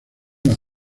las